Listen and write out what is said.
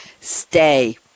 stay